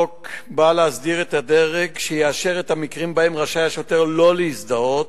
באה להסדיר את הדרג שיאשר את המקרים שבהם רשאי השוטר לא להזדהות,